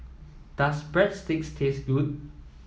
does Breadsticks taste good